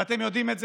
ואתם יודעים את זה,